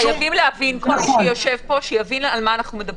כדי שכל מי שיושב פה יבין על מה אנחנו מדברים.